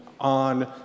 on